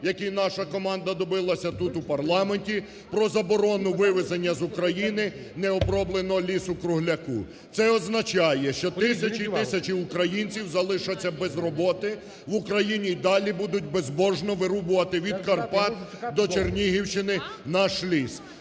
який наша команда добилася тут, у парламенті, про заборону вивезення з України необробленого лісу-кругляка. Це означає, що тисячі і тисячі українців залишаться без роботи в Україні і далі будуть безбожно вирубувати від Карпат до Чернігівщині наш ліс.